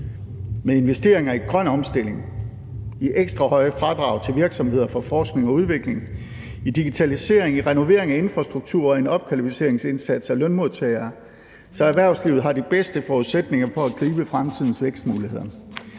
med investeringer i grøn omstilling, i ekstra høje fradrag til virksomheder for forskning og udvikling, i digitalisering, i renovering af infrastruktur og i en opkvalificeringsindsats for lønmodtagere, så erhvervslivet har de bedste forudsætninger for at gribe fremtidens vækstmuligheder.